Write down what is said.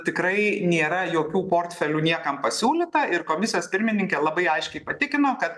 tikrai nėra jokių portfelių niekam pasiūlyta ir komisijos pirmininkė labai aiškiai patikino kad